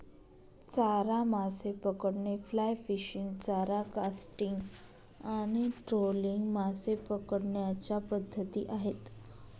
चारा मासे पकडणे, फ्लाय फिशिंग, चारा कास्टिंग आणि ट्रोलिंग मासे पकडण्याच्या पद्धती आहेत